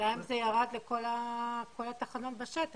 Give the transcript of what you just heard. השאלה אם זה ירד לכל התחנות בשטח.